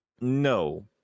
No